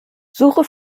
suche